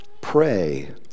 pray